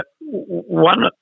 one